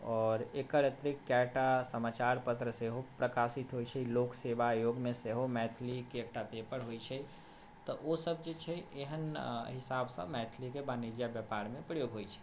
आओर एकर अतिरिक्त कएटा समाचार पत्र सेहो प्रकाशित होइ छै लोकसेवा आयोग मे सेहो मैथिली के एकटा पेपर होइ छै तऽ ओ सभ जे छै एहन अऽ हिसाबसँ मैथिली केँ बाणिज्य ब्यापार मे प्रयोग होइत छै